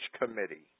Committee